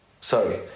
sorry